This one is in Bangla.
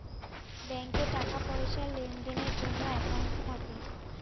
ব্যাঙ্কে টাকা পয়সার লেনদেনের জন্য একাউন্ট থাকে